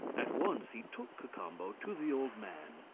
at once he took cacambo to the old man.